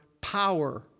power